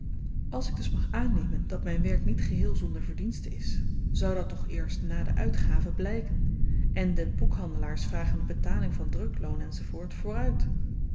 als ik dus mag aannemen dat myn werk niet geheel zonder verdienste is zou dat toch eerst na de uitgave blyken en de boekhandelaars vragen de betaling van drukloon enz vooruit